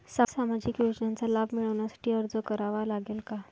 सामाजिक योजनांचा लाभ मिळविण्यासाठी अर्ज करावा लागेल का?